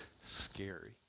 scary